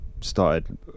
started